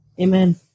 Amen